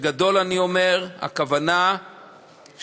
בגדול אני אומר: הכוונה שפרקליט,